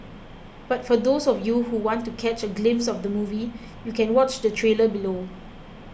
but for those of you who want to catch a glimpse of the movie you can watch the trailer below